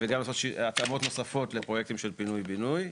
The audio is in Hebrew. וגם לעשות התאמות נוספות לפרויקטים של פינוי בינוי.